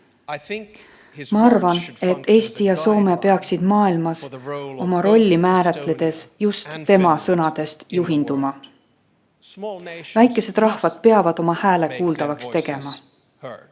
Ma arvan, et Eesti ja Soome peaksid maailmas oma rolli määratledes just tema sõnadest juhinduma. Väikesed rahvad peavad oma hääle kuuldavaks tegema.